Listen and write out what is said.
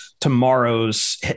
tomorrow's